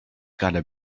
gotta